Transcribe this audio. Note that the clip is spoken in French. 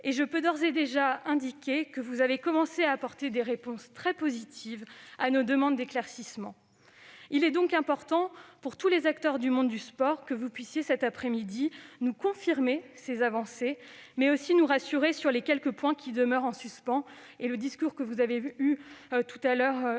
et je peux d'ores et déjà indiquer que vous avez commencé à apporter des réponses très positives à nos demandes d'éclaircissement. Il est donc important, pour tous les acteurs du monde du sport, que vous puissiez cet après-midi nous confirmer ces avancées, mais aussi nous rassurer sur les quelques points qui demeurent en suspens, comme le confirment d'ailleurs les